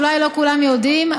אולי לא כולם יודעים,